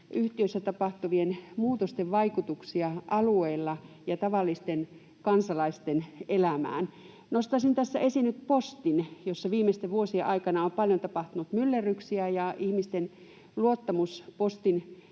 yhtiöissä tapahtuvien muutosten vaikutuksia alueilla ja tavallisten kansalaisten elämään? Nostaisin tässä esiin nyt Postin, jossa viimeisten vuosien aikana on paljon tapahtunut myllerryksiä. Ihmisten luottamus postin